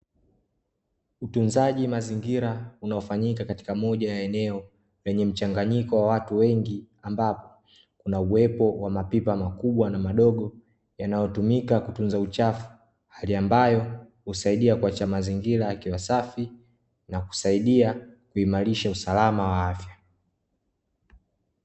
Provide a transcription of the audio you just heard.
Utunzaji mazingira unaofanyika katika moja ya eneo lenye mchanganyiko wa watu wengi, ambapo kuna uwepo wa mapipa makubwa na madogo yanayotumika kutunza uchafu, hali ambayo husaidia kuacha mazingira yakiwa safi na kusaidia kuimarisha usalama wa afya.